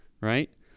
right